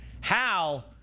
Hal